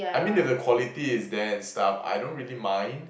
I mean if the quality is there and stuff I don't really mind